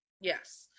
Yes